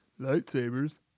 Lightsabers